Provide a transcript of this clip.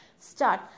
start